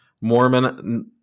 Mormon